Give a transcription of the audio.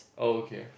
oh okay